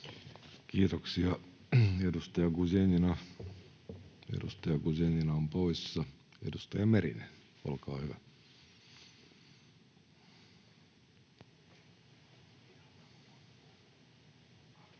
Kiitoksia. — Edustaja Guzenina on poissa. — Edustaja Meri, olkaa hyvä. Arvoisa